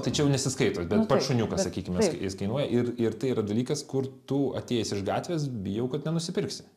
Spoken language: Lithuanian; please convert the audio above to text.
tai čia jau nesiskaito bet pats šuniukas sakykime jis kainuoja ir ir tai yra dalykas kur tu atėjęs iš gatvės bijau kad nenusipirksi